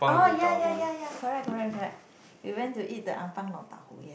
orh ya ya ya ya correct correct correct we went to eat the Ampang Yong-Tau-Fu ya